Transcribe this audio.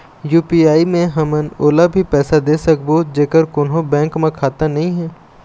UPI मे हमन ओला भी पैसा दे सकबो जेकर कोन्हो बैंक म खाता नई हे?